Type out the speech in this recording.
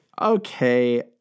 okay